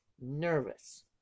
nervous